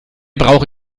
brauche